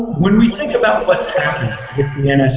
when we think about what's happened with